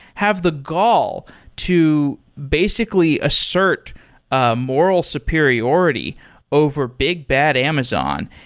have the gull to basically assert a moral superiority over big, bad amazon.